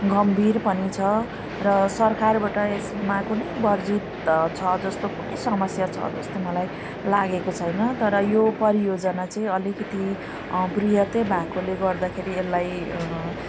गम्भीर पनि छ र सरखारबाट यसमा कुनै बर्जित छ जस्तो कुनै समस्या छ जस्तो मलाई लागेको छैन तर यो परियोजना चाहिँ अलिकति बृहतै भएकोले गर्दाखेरि यसलाई